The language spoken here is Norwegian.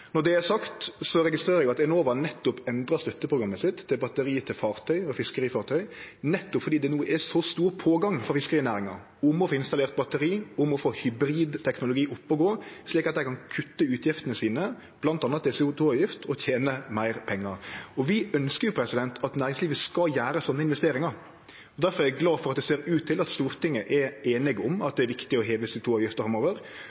Når det er sagt, registrerer eg at Enova nettopp endra støtteprogrammet sitt til batteri til fartøy og fiskerifartøy nettopp fordi det no er så stor pågang frå fiskerinæringa om å få installert batteri, om å få hybridteknologi opp å gå, slik at dei kan kutte utgiftene sine, bl.a. til CO 2 -avgift, og tene meir pengar. Vi ønskjer at næringslivet skal gjere slike investeringar. Difor er eg glad for at det ser ut til at Stortinget er einige om at